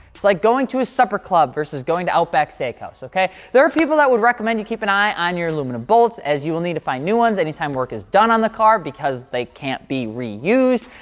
it's like going to a supper club, versus going to outback steakhouse, okay? there are people that would recommend you keep an eye on your aluminum bolts as you will need to find new ones anytime work is done on the car because they can't be reused.